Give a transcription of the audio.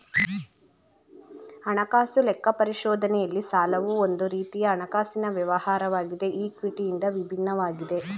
ಹಣಕಾಸು ಲೆಕ್ಕ ಪರಿಶೋಧನೆಯಲ್ಲಿ ಸಾಲವು ಒಂದು ರೀತಿಯ ಹಣಕಾಸಿನ ವ್ಯವಹಾರವಾಗಿದೆ ಈ ಕ್ವಿಟಿ ಇಂದ ವಿಭಿನ್ನವಾಗಿದೆ